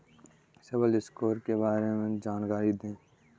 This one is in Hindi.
सिबिल स्कोर के बारे में जानकारी दें?